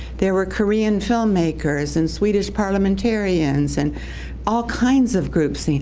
there were korean film makers, and swedish parliamentarians, and all kinds of groups,